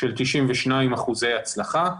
של 92% הצלחה.